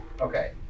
Okay